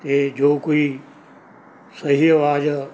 ਅਤੇ ਜੋ ਕੋਈ ਸਹੀ ਆਵਾਜ਼